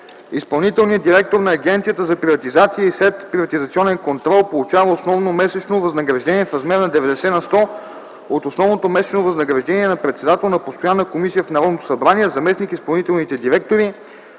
Изпълнителният директор на Агенцията за приватизация и следприватизационен контрол получава основно месечно възнаграждение в размер на 90 на сто от основното месечно възнаграждение на председател на постоянна комисия в Народното събрание, а заместник изпълнителните директори